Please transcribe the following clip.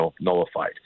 nullified